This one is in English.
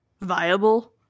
viable